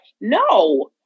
No